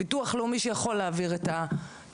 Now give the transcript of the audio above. ביטוח לאומי, שיכול להעביר את הנתונים,